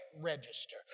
register